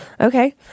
Okay